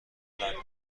لندن